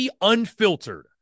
Unfiltered